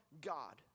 God